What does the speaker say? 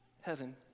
heaven